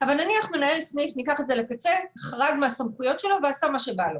אבל נניח מנהל סניף חרג מהסמכויות שלו ועשה מה שבא לו.